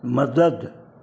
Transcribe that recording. मदद